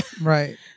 Right